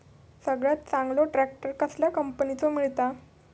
सगळ्यात चांगलो ट्रॅक्टर कसल्या कंपनीचो मिळता?